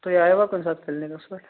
تُہۍ آیوا کُنہِ ساتہٕ کِلنِکَس پٮ۪ٹھ